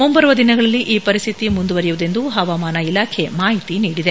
ಮುಂಬರುವ ದಿನಗಳಲ್ಲಿ ಈ ಪರಿಸ್ಥಿತಿ ಮುಂದುವರಿಯುವುದೆಂದು ಹವಾಮಾನ ಇಲಾಖೆ ಮಾಹಿತಿ ನೀಡಿದೆ